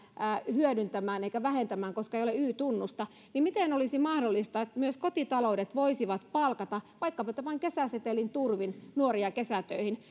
hyödyntämään eikä vähentämään koska ei ole y tunnusta miten olisi mahdollista että myös kotitaloudet voisivat palkata vaikkapa tämän kesäsetelin turvin nuoria kesätöihin